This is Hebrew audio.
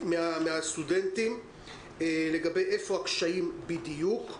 מהסטודנטים לגבי איפה הקשיים בדיוק.